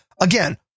again